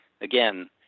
again